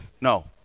No